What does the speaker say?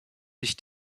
sich